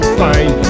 fine